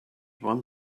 one